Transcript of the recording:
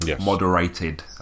Moderated